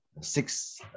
six